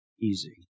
easy